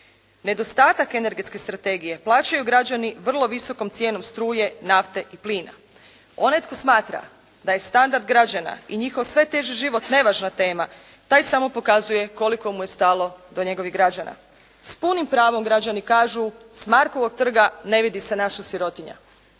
Nedostatak energetske strategije plaćaju građani vrlo visokom cijenom struje, nafte i plina. Onaj tko smatra da je standard građana i njihov sve teži život nevažna tema, taj samo pokazuje koliko mu je stalo do njegovih građana. S punim pravom građani kažu, s Markovog trga ne vidi se naša sirotinja.